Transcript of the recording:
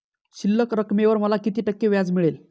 शिल्लक रकमेवर मला किती टक्के व्याज मिळेल?